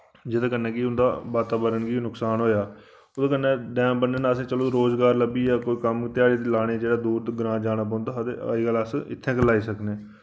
जेह्दे कन्नै कि उंदा वातावरण गी नुक्सान होआ ओह्दे कन्नै डैम बनने नै असें चलो रोजगार लब्भी गेआ कोई कम्म ध्याड़ी लान्ने जेह्ड़ा दूर ग्रां जाना पौंदा हा ते अजकल अस इत्थै गै लाई सकने